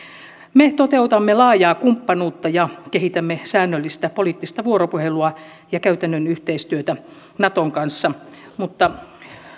me toteutamme laajaa kumppanuutta ja kehitämme säännöllistä poliittista vuoropuhelua ja käytännön yhteistyötä naton kanssa mutta